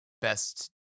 best